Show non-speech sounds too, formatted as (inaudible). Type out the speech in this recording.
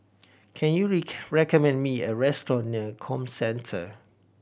can you (unintelligible) recommend me a restaurant near Comcentre